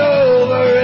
over